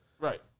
right